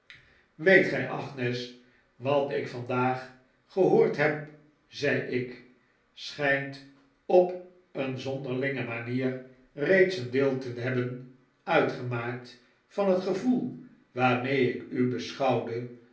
weet gij agnes wat ik vanavond gehoord neb zei ik schijnt op een zonderlinge manier reeds een deel te hebben uitgemaakt van het gevoel waarmee ik u beschouwde